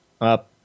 up